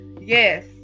Yes